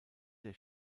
der